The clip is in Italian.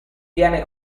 viene